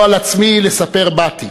לא על עצמי לספר באתי.